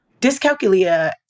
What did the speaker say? Dyscalculia